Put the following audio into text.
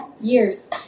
years